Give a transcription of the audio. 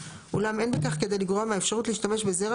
אולם אין בכך כדי לגרוע מהאפשרות להשתמש בזרע